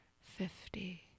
fifty